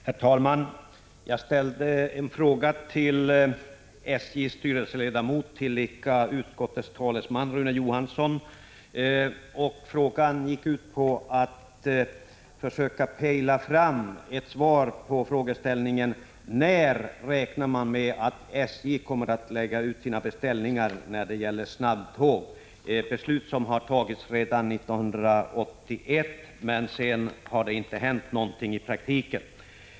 Herr talman! Jag ställde en fråga till SJ-styrelseledamoten, tillika utskottstalesmannen Rune Johansson. Frågan gick ut på att försöka få fram ett svar beträffande när SJ räknar med att lägga ut sina beställningar på snabbtåg. Det gäller ett beslut som fattades redan 1981, men sedan har det inte hänt något i praktiken.